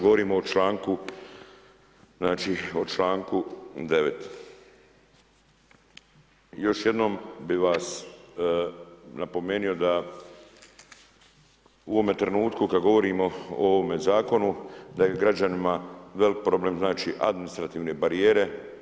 Govorim o članku, znači o članku 9. I još jednom bih vas napomenuo da u ovome trenutku kad govorimo o ovome zakonu da je građanima veliki problem, znači administrativne barijere.